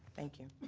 thank you.